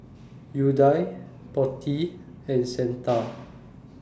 Udai Potti and Santha